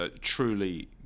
truly